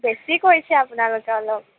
বেছি কৰিছে আপোনালোকে অলপ